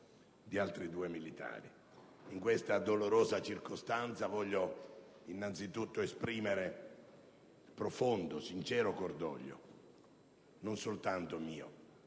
di altri due militari. In questa dolorosa circostanza voglio innanzitutto esprimere profondo e sincero cordoglio, non soltanto mio,